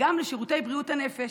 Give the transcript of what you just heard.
נזקקים לרוב גם לשירותי בריאות הנפש,